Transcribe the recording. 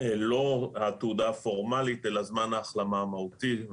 לא התעודה הפורמלית, אלא זמן ההחלמה המהותי.